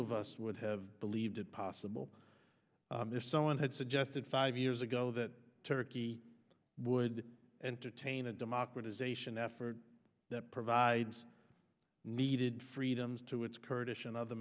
of us would have believed it possible someone had suggested five years ago that turkey would entertain a democratization effort that provides needed freedoms to its kurdish and other